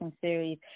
series